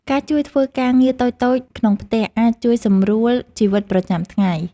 ការជួយធ្វើការងារតូចៗក្នុងផ្ទះអាចជួយសម្រួលជីវិតប្រចាំថ្ងៃ។